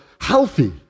healthy